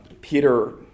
Peter